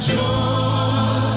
joy